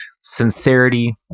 sincerity